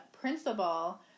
principal